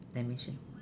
dimension